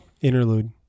interlude